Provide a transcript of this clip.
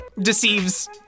deceives